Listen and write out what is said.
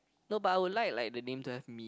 no but I would like like the name to have me